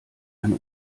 eine